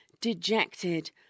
Dejected